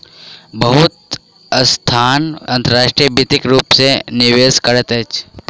बहुत संस्थान अंतर्राष्ट्रीय वित्तक रूप में निवेश करैत अछि